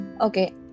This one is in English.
Okay